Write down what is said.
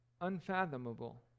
unfathomable